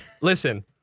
Listen